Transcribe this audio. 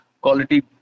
Quality